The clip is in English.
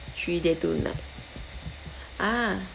three day two night ah